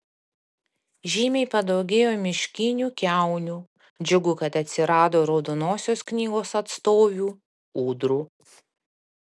žymiai padaugėjo miškinių kiaunių džiugu kad atsirado raudonosios knygos atstovių ūdrų